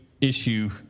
issue